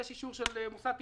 יש אישור של מוסד תכנון,